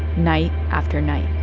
night after night